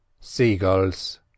seagulls